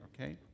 okay